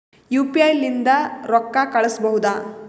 UPI ಲಿಂದ ರೊಕ್ಕ ಕಳಿಸಬಹುದಾ?